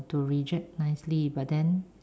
to reject nicely but then